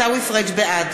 בעד